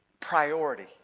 priority